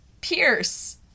Pierce